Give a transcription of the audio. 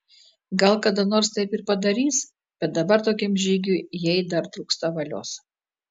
gal kada nors taip ir padarys bet dabar tokiam žygiui jai dar trūksta valios